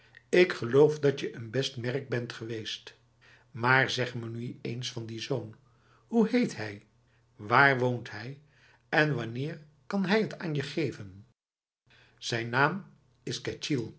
ik geloof datje een best merk bent geweest maar zeg me nu eens van die zoon hoe heet hij waar woont hij en wanneer kan hij het aan je geven zijn naam is